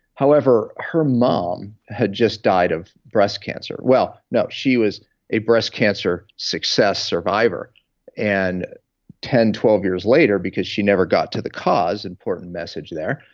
however, her mom had just died of breast cancer. well, no, she was a breast cancer success survivor and ten, twelve years later, because she never got to the cause, important message there,